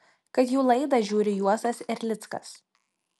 kad jų laidą žiūri juozas erlickas